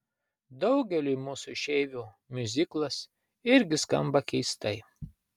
daugeliui mūsų išeivių miuziklas irgi skamba keistai